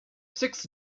six